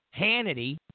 Hannity